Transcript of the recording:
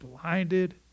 blinded